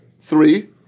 three